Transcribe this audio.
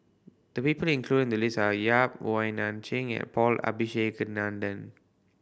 the people included in the list are Yap Wong Nai Chin and Paul Abisheganaden